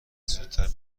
زودتر